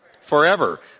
Forever